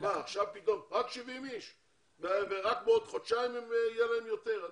רק 70 אנשים ורק בעוד חודשיים יהיו להם יותר?